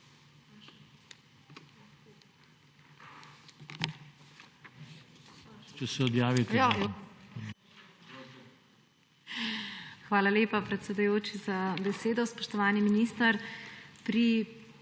Hvala lepa, predsedujoči, za besedo. Spoštovani minister! Pri